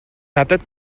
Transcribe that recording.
надад